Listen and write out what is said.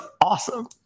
awesome